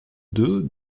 deux